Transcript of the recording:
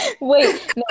Wait